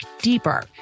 deeper